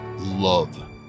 love